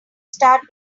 start